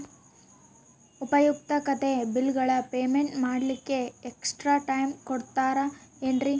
ಉಪಯುಕ್ತತೆ ಬಿಲ್ಲುಗಳ ಪೇಮೆಂಟ್ ಮಾಡ್ಲಿಕ್ಕೆ ಎಕ್ಸ್ಟ್ರಾ ಟೈಮ್ ಕೊಡ್ತೇರಾ ಏನ್ರಿ?